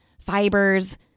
fibers